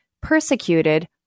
persecuted